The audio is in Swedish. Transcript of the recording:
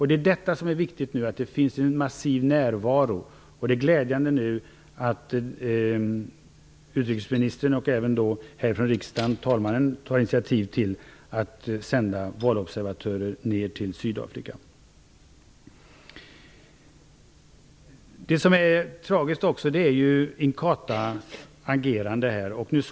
Det är nu viktigt med en massiv närvaro där nere, och det är glädjande att utrikesministern och även riksdagens talman har tagit initiativ till att sända valobservatörer till Sydafrika. Något som är tragiskt är Inkathas agerande i detta sammanhang.